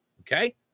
okay